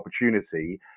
opportunity